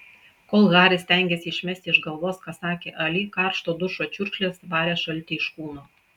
kol haris stengėsi išmesti iš galvos ką sakė ali karštos dušo čiurkšlės varė šaltį iš kūno